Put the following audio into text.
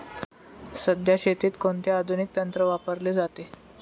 सध्या शेतीत कोणते आधुनिक तंत्र वापरले जाते?